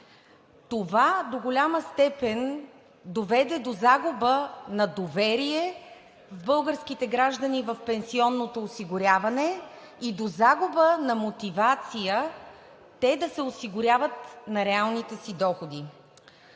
Това до голяма степен доведе до загуба на доверие в българските граждани в пенсионното осигуряване и до загуба на мотивация те да се осигуряват на реалните си доходи.